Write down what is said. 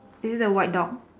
is it the white dog